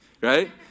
right